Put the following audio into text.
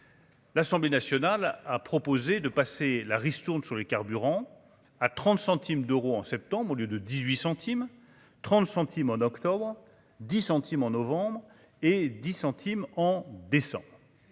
L'Assemblée nationale a proposé de passer la ristourne sur les carburants à 30 centimes d'euros, en septembre au lieu de 18 centimes trente centimes en octobre 10 centimes en novembre et 10 centimes en descend,